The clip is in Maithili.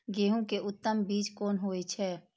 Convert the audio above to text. गेंहू के उत्तम बीज कोन होय छे?